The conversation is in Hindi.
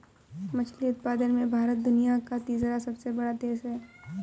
मछली उत्पादन में भारत दुनिया का तीसरा सबसे बड़ा देश है